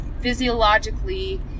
physiologically